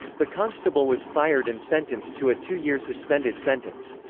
the constable was fired and sentenced to a two-year suspended sentence.